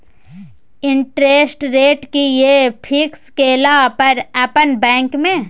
Interest rate कि ये fix केला पर अपन बैंक में?